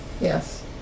Yes